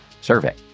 survey